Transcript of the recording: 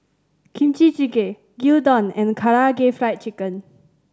Kimchi Jjigae Gyudon and Karaage Fried Chicken